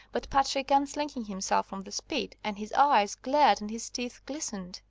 but patrick unslinging himself from the spit, and his eyes glared and his teeth glistened.